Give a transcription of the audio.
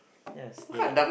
that's Dhey